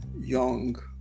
young